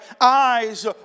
eyes